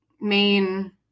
main